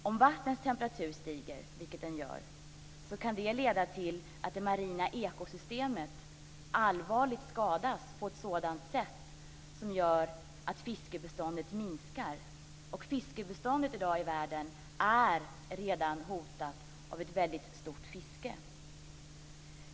Om vattnets temperatur stiger, vilket den gör, kan det leda till att det marina ekosystemet allvarligt skadas på ett sätt som gör att fiskbeståndet minskar. Fiskbeståndet i världen är redan i dag hotat av ett väldigt omfattande fiske.